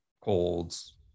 colds